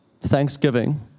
thanksgiving